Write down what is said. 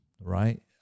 right